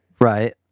Right